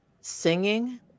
singing